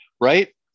Right